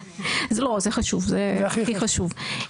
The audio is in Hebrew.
זה חשוב, זה הכי חשוב.